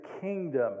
kingdom